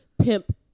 pimp